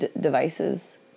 devices